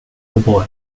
oboe